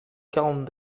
quarante